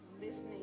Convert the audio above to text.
listening